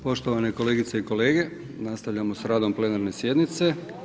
Poštovane kolegice i kolege, nastavljamo sa radom plenarne sjednice.